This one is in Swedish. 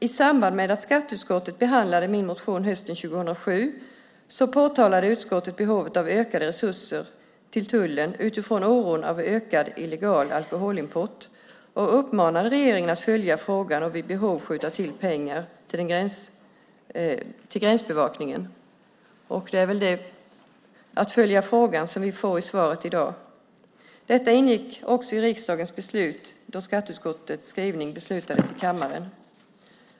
I samband med att skatteutskottet behandlade min motion hösten 2007 påtalade utskottet behovet av ökade resurser till tullen utifrån oron för ökad illegal alkoholimport och uppmanade regeringen att följa frågan och vid behov skjuta till pengar till gränsbevakningen. Det är väl detta med att följa frågan som vi får i svaret i dag. Detta ingick också i riksdagens beslut då skatteutskottets skrivning beslutades i kammaren.